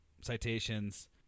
citations